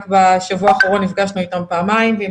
רק בשבוע האחרון נפגשנו איתם פעמיים ואם